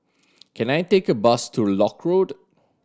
can I take a bus to Lock Road